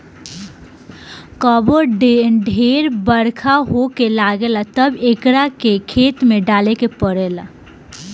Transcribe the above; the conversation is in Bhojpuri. कबो ढेर बरखा होखे लागेला तब एकरा के खेत में डाले के पड़ेला